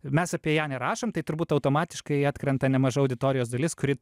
mes apie ją nerašom tai turbūt automatiškai atkrenta nemaža auditorijos dalis kuri